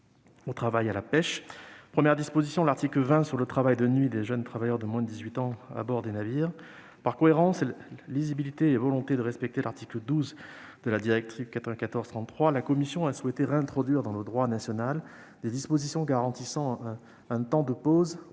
« travail à la pêche ». La première, l'article 20, porte sur le travail de nuit des jeunes travailleurs de moins de 18 ans à bord des navires. Par cohérence, lisibilité et volonté de respecter l'article 12 de la directive 94/33/CE, la commission a souhaité réintroduire dans le droit national des dispositions garantissant un temps de pause aux jeunes